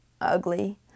ugly